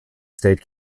state